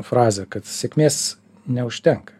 frazę kad sėkmės neužtenka